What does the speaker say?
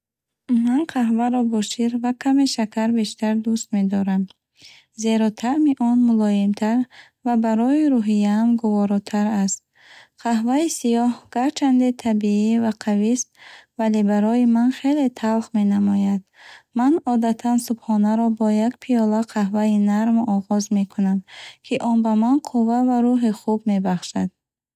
Ман қаҳваро бо шир ва каме шакар бештар дӯст медорам, зеро таъми он мулоимтар ва барои рӯҳияам гуворотар аст. Қаҳваи сиёҳ гарчанде табиӣ ва қавист, вале барои ман хеле талх менамояд. Ман одатан субҳонаро бо як пиёла қаҳваи нарм оғоз мекунам, ки он ба ман қувва ва рӯҳи хуб мебахшад.